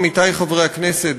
עמיתי חברי הכנסת,